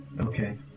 Okay